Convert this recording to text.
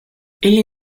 ili